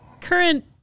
current